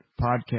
podcast